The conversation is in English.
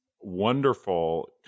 wonderful